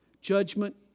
Judgment